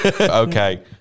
Okay